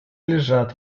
лежат